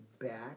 back